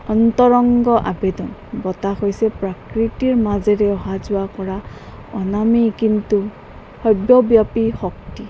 অন্তৰংগ আবেদন বতাহ হৈছে প্ৰাকৃতিৰ মাজেৰে অহা যোৱা কৰা অনামী কিন্তু সৰ্বব্যাপী শক্তি